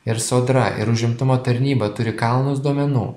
ir sodra ir užimtumo tarnyba turi kalnus duomenų